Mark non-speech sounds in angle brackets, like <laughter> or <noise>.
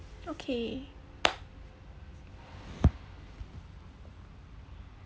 okay <noise>